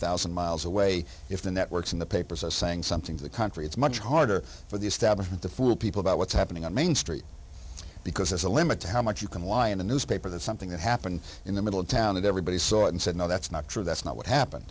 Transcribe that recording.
thousand mile the way if the networks in the papers are saying something to the country it's much harder for the establishment to fool people about what's happening on main street because there's a limit to how much you can lie in a newspaper that something that happened in the middle of town and everybody saw it and said no that's not true that's not what happened